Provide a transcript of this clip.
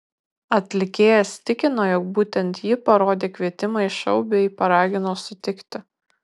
atlikėjas tikino jog būtent ji parodė kvietimą į šou bei paragino sutikti